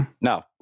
No